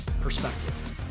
perspective